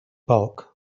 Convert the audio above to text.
bulk